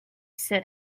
said